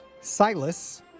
Silas